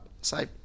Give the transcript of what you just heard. Say